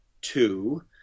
two